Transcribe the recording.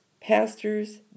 pastors